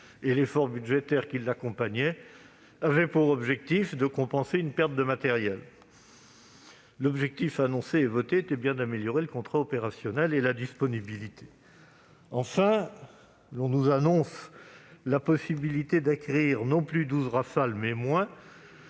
et l'effort budgétaire qui l'accompagnait avaient pour objectif de compenser une perte de matériels ! L'objectif annoncé et voté était bien d'améliorer le contrat opérationnel, ainsi que la disponibilité. Enfin, on nous annonce qu'il est possible d'acquérir, non plus 12 Rafale, mais moins,